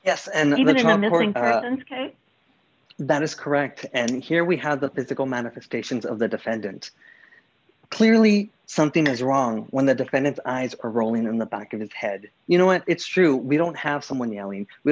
skate that is correct and here we have the physical manifestations of the defendant clearly something is wrong when the defendants eyes are rolling in the back of his head you know when it's true we don't have someone yelling we